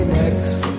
next